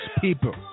people